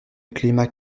climat